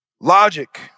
logic